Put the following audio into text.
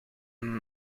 een